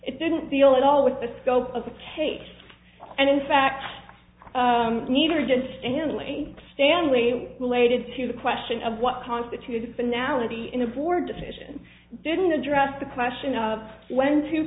it didn't feel at all with the scope of the case and in fact neither did stanley stanley related to the question of what constitutes banality in a board decision didn't address the question of when to